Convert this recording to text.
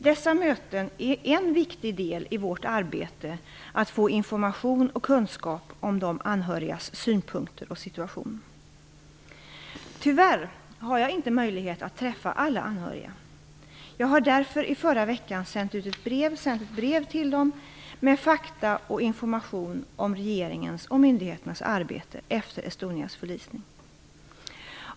Dessa möten är en viktig del i vårt arbete att få information och kunskap om de anhörigas synpunkter på situationen. Tyvärr har jag inte möjlighet att träffa alla anhöriga. Jag har därför i förra veckan sänt ett brev till dem med fakta och information om regeringens och myndigheternas arbete efter Estonias förlisning.